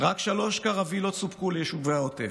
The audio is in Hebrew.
רק שלוש קרווילות סופקו ליישובי העוטף.